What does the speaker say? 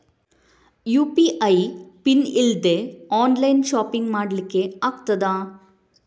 UPI PIN ಇಲ್ದೆ online shopping ಮಾಡ್ಲಿಕ್ಕೆ ಆಗ್ತದಾ?